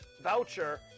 voucher